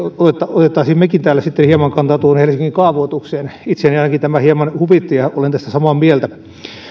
ottaisimme mekin täällä hieman kantaa tuohon helsingin kaavoitukseen itseäni ainakin tämä hieman huvitti ja olen tästä samaa mieltä